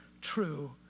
true